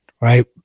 right